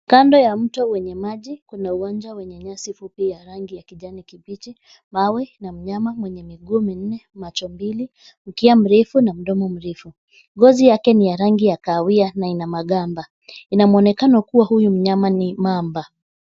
Kando ya mto wenye maji, kuna uwanja wenye nyasi fupi ya rangi ya kijani kibichi, mawe, na mnyama mwenye miguu minne, macho mbili, mkia mrefu na mdomo mrefu. Ngozi yake ni ya rangi ya kahawia na ina magamba. Ina muonekano kuwa huyu mnyama ni mamba.